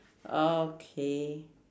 okay